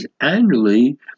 annually